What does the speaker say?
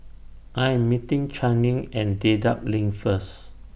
I Am meeting Channing At Dedap LINK First